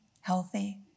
healthy